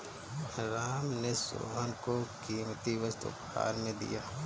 राम ने सोहन को कीमती वस्तु उपहार में दिया